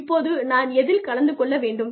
இப்போது நான் எதில் கலந்து கொள்ள வேண்டும்